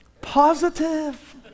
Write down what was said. positive